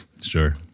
Sure